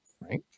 Right